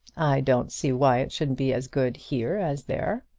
i don't see why it shouldn't be as good here as there.